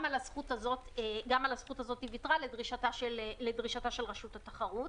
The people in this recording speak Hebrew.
גם על הזכות הזאת היא ויתרה לדרישתה של רשות התחרות.